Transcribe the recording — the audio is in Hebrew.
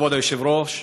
כבוד היושב-ראש,